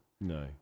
No